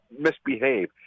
misbehave